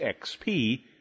XP